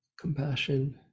compassion